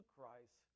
Christ